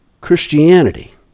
Christianity